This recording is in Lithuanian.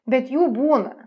bet jų būna